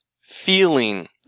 feeling